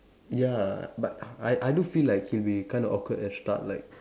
ya but I I do feel like he'll be kind of awkward at start like